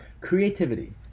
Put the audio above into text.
Creativity